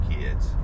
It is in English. kids